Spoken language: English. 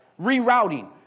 Rerouting